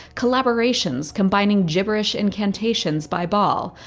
collaborations combining gibberish incantations by ball,